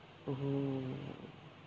oh